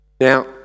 Now